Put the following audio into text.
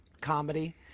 comedy